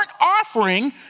offering